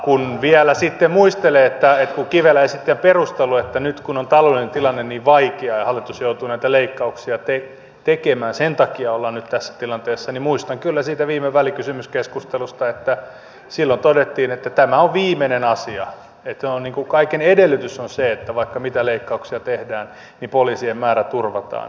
kun vielä sitten muistelee että kivelä esitti perusteluja että nyt kun on taloudellinen tilanne niin vaikea ja hallitus joutuu näitä leikkauksia tekemään ja sen takia ollaan nyt tässä tilanteessa niin muistan kyllä siitä viime välikysymyskeskustelusta että silloin todettiin että tämä on viimeinen asia että kaiken edellytys on se että vaikka mitä leikkauksia tehdään niin poliisien määrä turvataan